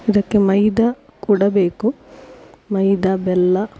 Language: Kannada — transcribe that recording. ಇದಕ್ಕೆ ಮೈದಾ ಕೂಡ ಬೇಕು ಮೈದಾ ಬೆಲ್ಲ